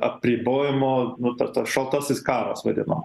apribojimo nutarta šaltasis karas vadino